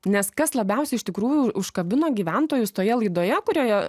nes kas labiausiai iš tikrųjų užkabino gyventojus toje laidoje kurioje